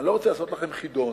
אני לא רוצה לעשות לכם חידון,